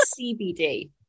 CBD